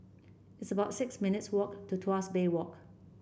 it's about six minutes' walk to Tuas Bay Walk